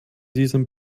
diesem